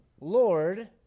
Lord